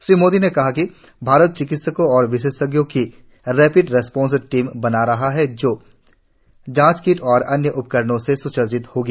श्री मोदी ने कहा कि भारत चिकित्सकों और विशेषज्ञों की रैपिड रिस्पांस टीम बनारहा है जो जांच किट और अन्य उपकरणों से स्सज्जित होगी